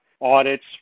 audits